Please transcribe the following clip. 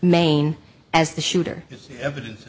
maine as the shooter evidence